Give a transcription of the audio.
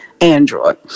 Android